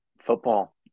Football